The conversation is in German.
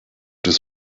des